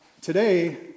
today